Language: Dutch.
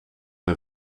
een